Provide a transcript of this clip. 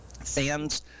fans